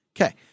Okay